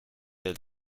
del